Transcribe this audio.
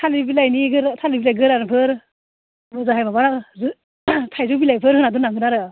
थालिर बिलाइनि थालिर बिलाइ गोरानफोर मोजाङै माबा थाइजौ बिलाइफोर होना दोननांगोन आरो